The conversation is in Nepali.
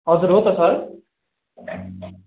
हजुर हो त सर